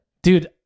Dude